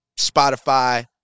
Spotify